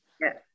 Yes